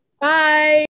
Bye